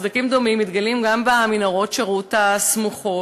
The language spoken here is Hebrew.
סדקים דומים מתגלים גם במנהרות השירות הסמוכות,